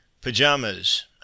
pajamas